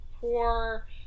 Poor